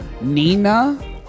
Nina